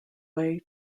way